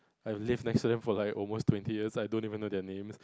I live next to them for like almost twenty years I don't even know their names